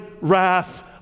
wrath